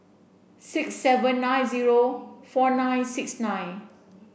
six seven nine zero four nine six nine